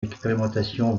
expérimentation